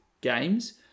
games